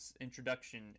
introduction